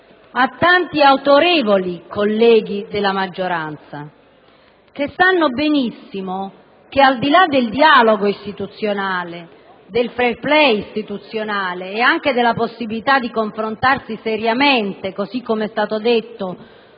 a tanti autorevoli colleghi della maggioranza i quali sanno benissimo che, al di là del dialogo istituzionale, del *fair play* istituzionale e anche della possibilità di confrontarsi seriamente - così come è stato detto